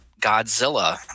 Godzilla